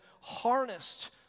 harnessed